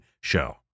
show